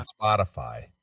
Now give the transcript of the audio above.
Spotify